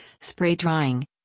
spray-drying